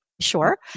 sure